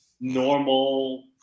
normal